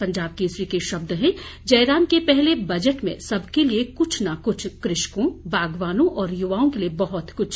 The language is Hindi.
पंजाब केसरी के शब्द हैं जयराम के पहले बजट में सबके लिए कुछ न कुछ कृषकों बागवानों और युवाओं के लिए बहुत कुछ